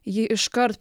ji iškart